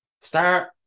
Start